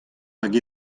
hag